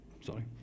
Sorry